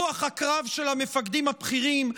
רוח הקרב של המפקדים הבכירים,